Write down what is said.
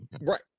Right